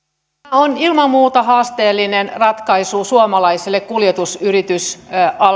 on ilman muuta haasteellinen ratkaisu suomalaiselle kuljetusyritysalalle